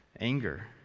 anger